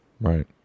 Right